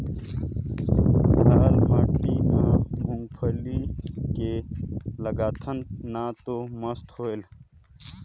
लाल माटी म मुंगफली के लगाथन न तो मस्त होयल?